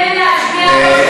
יש הבדל בין להשמיע קול,